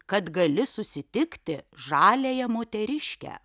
kad gali susitikti žaliąją moteriškę